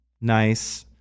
nice